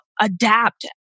adapt